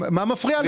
מה מפריע לך?